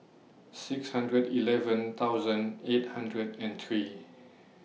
six hundred eleven thousand eight hundred and three